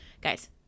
guys